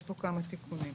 יש כאן כמה תיקונים.